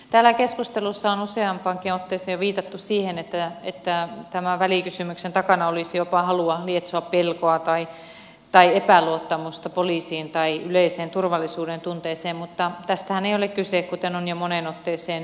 täällä keskustelussa on useampaankin otteeseen viitattu siihen että tämän välikysymyksen takana olisi jopa halua lietsoa pelkoa tai epäluottamusta poliisiin tai yleiseen turvallisuudentunteeseen mutta tästähän ei ole kyse kuten on jo moneen otteeseen todettukin